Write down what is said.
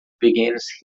begins